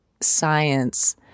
science